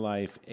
Life